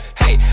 hey